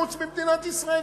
חוץ ממדינת ישראל,